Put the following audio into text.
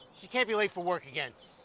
she can't be late for work again.